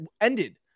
ended